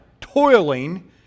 toiling